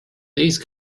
these